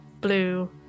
blue